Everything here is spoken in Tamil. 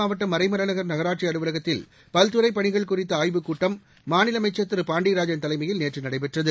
செங்கல்பட்டு மாவட்டம் மறைமலைநகர் நகராட்சி அலுவலகத்தில் பல்துறை பணிகள் குறித்த ஆய்வுக் கூட்டம் மாநில அமைச்சர் திரு பாண்டியராஜன் தலைமையில் நேற்று நடைபெற்றது